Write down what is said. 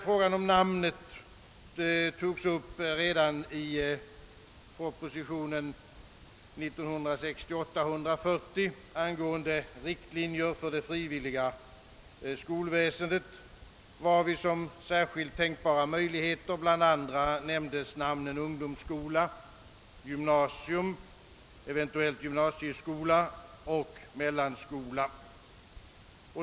Frågan om namnet togs upp redan i proposition 140 år 1968 angående riktlinjer för det frivilliga skolväsendet, varvid som tänkbara möjligheter bl.a. nämndes namnen <»ungdomsskola«, »gymnasium«, eventuellt >gymnasieskola>, och >»mellanskola».